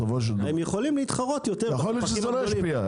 הם יכולים להתחרות יותר --- יכול להיות שזה לא ישפיע.